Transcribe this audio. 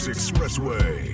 Expressway